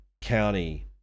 county